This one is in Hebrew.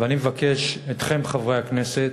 ואני מבקש מכם, חברי הכנסת,